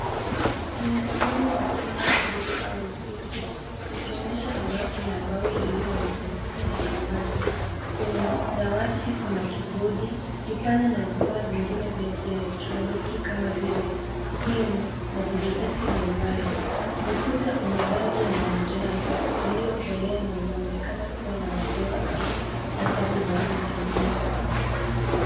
Ni mtazamo wa chumba kidogo au ofisi ukionyesha dawati la mbao lililo na kompyuta ya zamani. Kwenye dawati kuna kibodi, kipanya na vifaa vingine vya kielektroniki kama vile simu na vidhibiti vya mbali. Ukuta una rangi ya manjano iliyokolea na unaonekana kuwa na madoa au athari za matumizi.